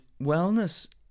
wellness